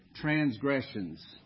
transgressions